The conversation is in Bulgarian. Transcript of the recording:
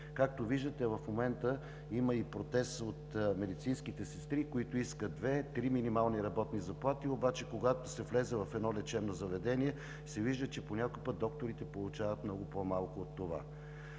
както виждате, в момента има и протест от медицинските сестри, които искат две- три минимални работни заплати, но когато се влезе в едно лечебно заведение, се вижда, че по някой път докторите получават много по малко от това.